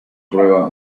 prueba